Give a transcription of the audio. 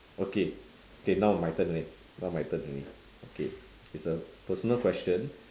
okay okay now my turn already now my turn already okay it's a personal question